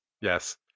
Yes